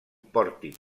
pòrtic